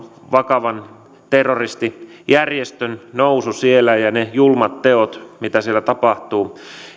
vakavan terroristijärjestön nousu siellä ja ja ne julmat teot mitä siellä tapahtuu